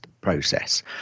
process